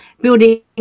building